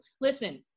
Listen